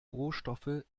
rohstoffe